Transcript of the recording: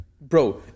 bro